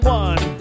one